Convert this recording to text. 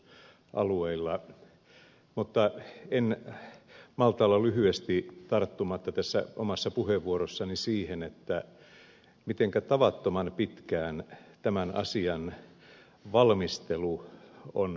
mutta en malta olla lyhyesti tarttumatta tässä omassa puheenvuorossani siihen mitenkä tavattoman pitkään tämän asian valmistelu on vienyt